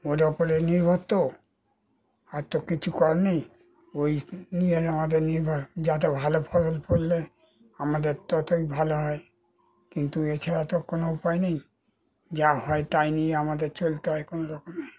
ওর উপরে নির্ভর তো আর তো কিছু করার নেই ওই নিয়ে আমাদের নির্ভর যাতে ভালো ফসল ফললে আমাদের ততই ভালো হয় কিন্তু এছাড়া তো কোনো উপায় নেই যা হয় তাই নিয়ে আমাদের চলতে হয় কোনো রকমে